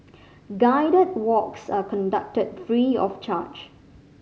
guided walks are conducted free of charge